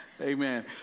Amen